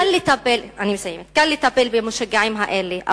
קל לטפל במשוגעים האלה,